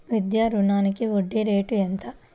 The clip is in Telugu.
విద్యా రుణానికి వడ్డీ రేటు ఎంత?